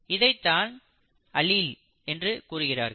இதைத்தான் அலீல் என்று கூறுகிறார்கள்